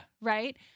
Right